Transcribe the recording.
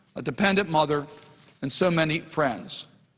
a dependent mother and so many friends.